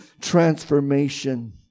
transformation